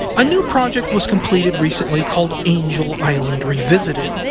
a new project was completed recently called angel island revisited,